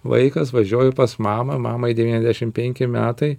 vaikas važiuoju pas mamą mamai devyniasdešim penki metai